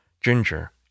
ginger